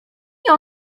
nie